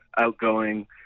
outgoing